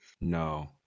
No